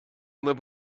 live